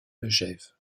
megève